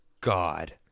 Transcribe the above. God